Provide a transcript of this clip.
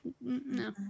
no